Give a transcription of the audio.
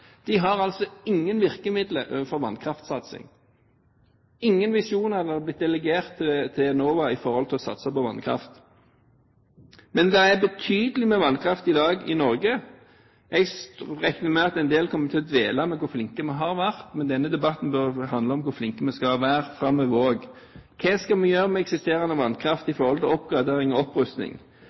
ingen virkemidler overfor vannkraftsatsing. Ingen visjoner er blitt delegert til Enova med tanke på å satse på vannkraft. Men det er betydelig med vannkraft i dag i Norge. Jeg regner med at en del kommer til å dvele ved hvor flinke vi har vært, men denne debatten bør handle om hvor flinke vi skal være framover også. Hva skal vi gjøre med eksisterende vannkraft når det gjelder oppgradering og opprustning?